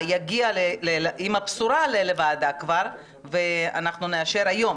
יגיע עם הבשורה לוועדה ונאשר את זה היום.